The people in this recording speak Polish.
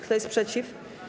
Kto jest przeciw?